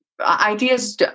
ideas